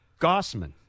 Gossman